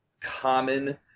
common